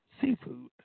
seafood